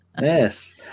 Yes